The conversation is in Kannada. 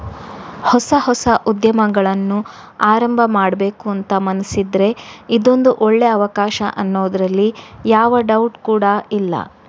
ಹೊಸ ಹೊಸ ಉದ್ಯಮಗಳನ್ನ ಆರಂಭ ಮಾಡ್ಬೇಕು ಅಂತ ಮನಸಿದ್ರೆ ಇದೊಂದು ಒಳ್ಳೇ ಅವಕಾಶ ಅನ್ನೋದ್ರಲ್ಲಿ ಯಾವ ಡೌಟ್ ಕೂಡಾ ಇಲ್ಲ